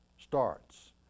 starts